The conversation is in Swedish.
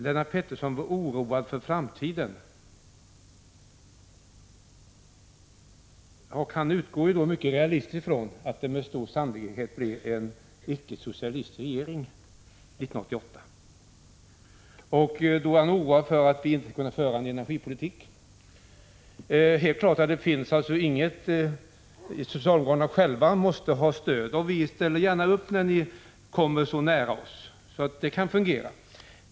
Lennart Pettersson var oroad för framtiden, och han utgår mycket realistiskt från att det med stor sannolikhet blir en icke-socialistisk regering 1988. Han är oroad för att vi inte skall kunna föra någon energipolitik. Helt klart är att socialdemokraterna själva måste ha stöd, och vi ställer gärna upp när ni kommer så nära oss att det kan fungera.